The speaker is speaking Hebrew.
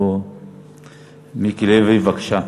בבקשה.